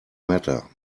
matter